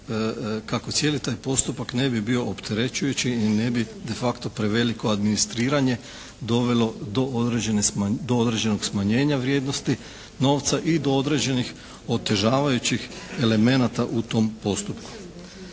kako cijeli taj postupak ne bi bio opterećujući i ne bi de facto preveliko administriranje dovelo do određenog smanjenja vrijednosti novca i do određenih otežavajućih elemenata u tom postupku.